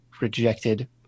rejected